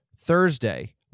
Thursday